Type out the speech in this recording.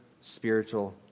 spiritual